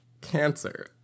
cancer